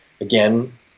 Again